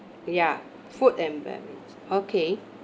ya food and bev~ okay